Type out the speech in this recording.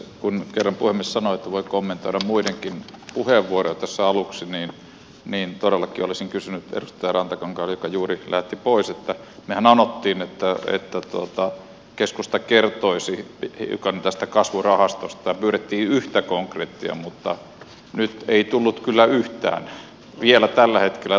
kun kerran puhemies sanoi että voi kommentoida muidenkin puheenvuoroja tässä aluksi niin todellakin olisin kysynyt edustaja rantakankaalta joka juuri lähti pois että mehän anoimme että keskusta kertoisi hiukan tästä kasvurahastosta ja pyysimme yhtä konkreettista esimerkkiä mutta nyt ei tullut kyllä yhtään vielä tällä hetkellä